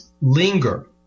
linger